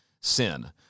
sin